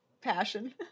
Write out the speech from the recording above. passion